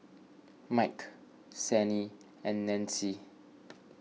Mike Sannie and Nancy